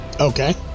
Okay